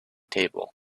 table